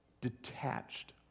detached